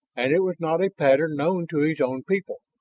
and it was not a pattern known to his own people.